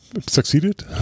succeeded